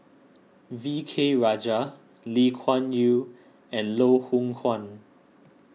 V K Rajah Lee Kuan Yew and Loh Hoong Kwan